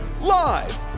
Live